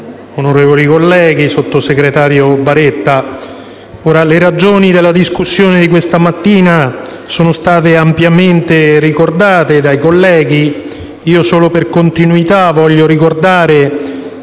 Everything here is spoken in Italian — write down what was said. onorevoli colleghi, sottosegretario Baretta, le ragioni della discussione di questa mattina sono state ampiamente ricordate dai colleghi. Solo per continuità voglio ricordare